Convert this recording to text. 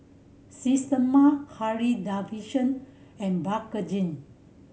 Systema Harley Davidson and Bakerzin